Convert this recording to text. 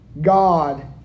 God